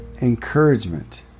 encouragement